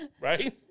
Right